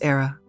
Era